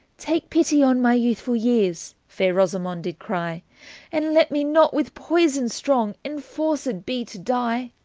take pitty on my youthfull yeares, faire rosamonde did crye and lett mee not with poison stronge enforced bee to dye.